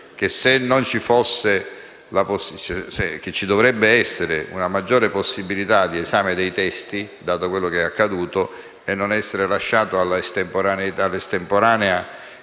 procedurale, ossia che ci dovrebbe essere una maggiore possibilità di esame dei testi, dato quello che è accaduto, e non essere lasciato all'estemporanea